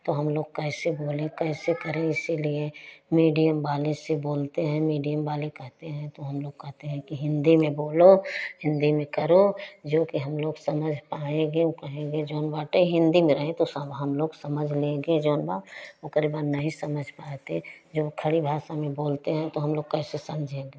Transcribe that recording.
तो हम लोग कैसे बोलें कैसे करें इसलिए मीडियम वाले से बोलते हैं मीडियम वाले करते हैं तो हम लोग कहते हैं कि हिंदी में बोलो हिंदी में करो जो कि हम लोग समझ पाएँगे उ कहेंगे जोन बाटे हिंदी में रहें तो सब हम लोग समझ लेगे जोन बा ओ करे बाद नही समझ पाते जो खड़ी भाषा में बोलते हैं तो हम लोग कैसे समझेंगे